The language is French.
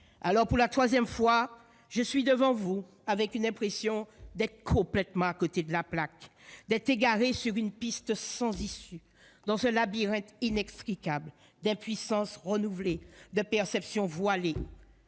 voilà pour la troisième fois devant vous, avec l'impression d'être complètement « à côté de la plaque », d'être égarée sur une piste sans issue, dans un labyrinthe inextricable d'impuissance renouvelée et de perception voilée.